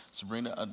Sabrina